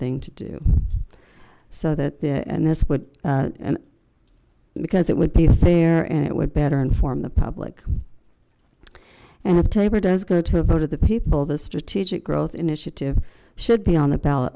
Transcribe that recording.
thing to do so that the and this would and because it would be fair and it would better inform the public and if tabor does go to a vote of the people the strategic growth initiative should be on the ballot